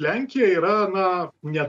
lenkija yra na ne